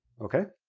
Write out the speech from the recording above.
okay?